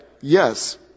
yes